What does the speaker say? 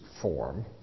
form